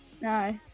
No